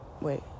wait